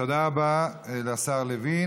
תודה רבה לשר לוין.